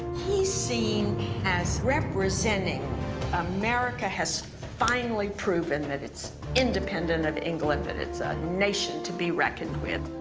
he's seen as representing america has finally proven that it's independent of england, that it's a nation to be reckoned with.